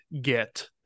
get